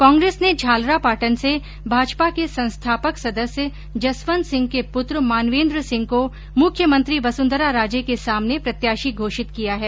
कांग्रेस ने झालरापाटन से भाजपा के संस्थापक सदस्य जसवन्त सिंह के पुत्र मानवेन्द्र सिंह को मुख्यमंत्री वसुन्धरा राजे के सामने प्रत्याशी घोषित किया है